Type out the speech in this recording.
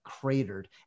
cratered